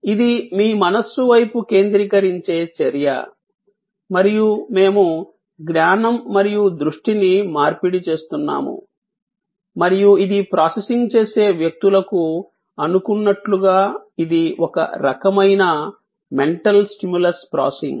ఇది మీ మనస్సు వైపు కేంద్రికరించే చర్య మరియు మేము జ్ఞానం మరియు దృష్టిని మార్పిడి చేస్తున్నాము మరియు ఇది ప్రాసెసింగ్ చేసే వ్యక్తులకు అనుకున్నట్లుగా ఇది ఒక రకమైన మెంటల్ స్టిములస్ ప్రాసెసింగ్